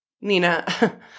Nina